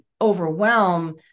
overwhelm